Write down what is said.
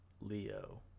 Leo